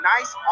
Nice